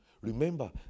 Remember